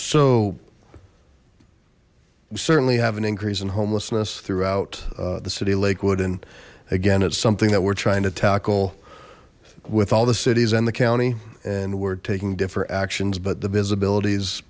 we certainly have an increase in homelessness throughout the city of lakewood and again it's something that we're trying to tackle with all the cities and the county and we're taking differ actions but the visibility is